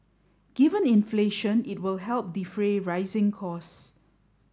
given inflation it will help defray rising costs